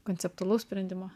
konceptualaus sprendimo